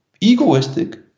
egoistic